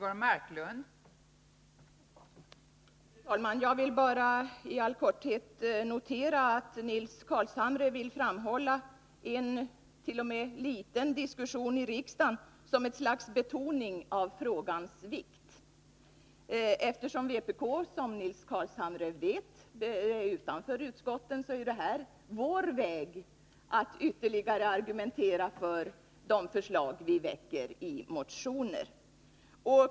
Fru talman! Jag vill bara i korthet notera att Nils Carlshamre vill framhålla att en t.o.m. liten diskussion i kammaren är ett slags betoning av frågans vikt. Eftersom vpk, som Nils Carlshamre vet, står utanför utskotten, är detta vår väg att ytterligare argumentera för de förslag som vi väcker i motioner.